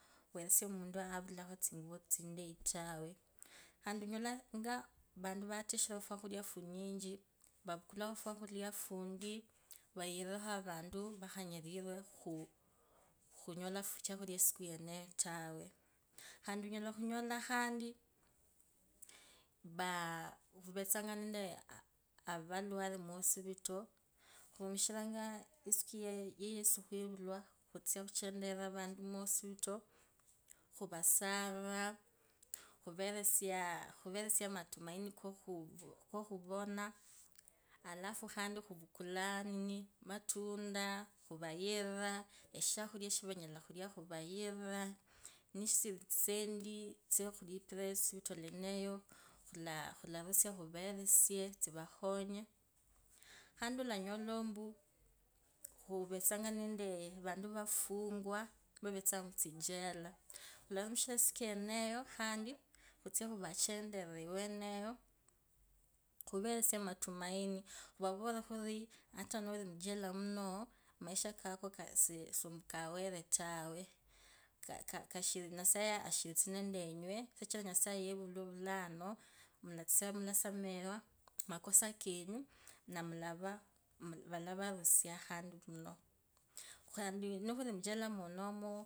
Weresie omuntu wakhakulakho etsinguvu tsindai tawe, khandi onyalanga avuntu vateshere ofwakhulia funyinji vayirire avantu vakhenyariranga tawe khandi onyala khunyola khandi, vaaa khuvenzanga nenole avalwale mwosipitali khurumishiranga isiku yeneyo, okhuchenderira avantu mwosipitali, khuvasarira, khuveresie matumaini kokhuona, alafu khandi khukula enini. amatunda khuwaiyire, eshakhulya. Sharanyala khulya khuvayirira, nitsiritsisende tsokhulipira ehosipitali yeneyo khularusia khuvalipire, khandi olonyala ombu uhuvetsanga nende vantu vafungwa vavetsanga mutsichela, khularumishira isiku yeneyo khandi, khutsiekhu vachenclerise muchela, khuveresie matumaini khuvavorire khuli, atanori muchela muno maisha kako sikawere tawe. Kashiikashiri nyasaye, ashiritsa nende enywe, sichira nyasaye yevulwa vulano mutsa, mulasamehewa makosa kenyu, nawulava, vavavarusia khandi muno, khandi nikhuri muchela mwonomo.